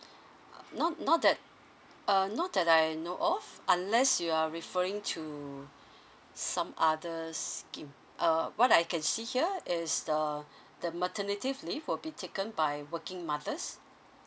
not not that uh not that I know of unless you are referring to some others scheme uh what I can see here is the the maternity leave will be taken by working mothers